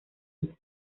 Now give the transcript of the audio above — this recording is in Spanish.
ellas